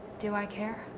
do i care?